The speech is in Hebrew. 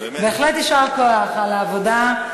בהחלט יישר כוח על העבודה.